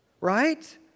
right